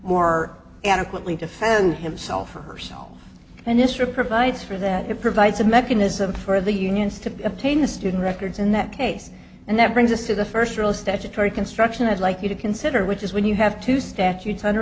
more adequately defend himself or herself and this or provides for that it provides a mechanism for the unions to obtain the student records in that case and that brings us to the first real statutory construction i'd like you to consider which is when you have two statutes under